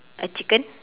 a chicken